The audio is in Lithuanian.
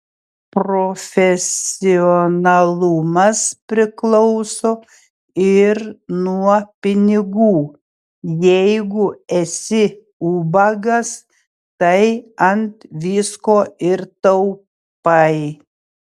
profesionalumas priklauso ir nuo pinigų jeigu esi ubagas tai ant visko ir taupai